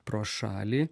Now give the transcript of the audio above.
pro šalį